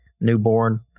newborn